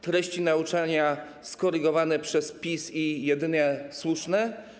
Treści nauczania skorygowane przez PiS i jedynie słuszne?